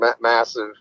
massive